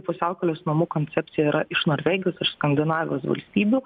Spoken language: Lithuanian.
pusiaukelės namų koncepcija yra iš norvegijos ir skandinavijos valstybių